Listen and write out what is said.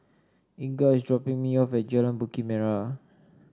Inga is dropping me off at Jalan Bukit Merah